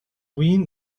wien